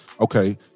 Okay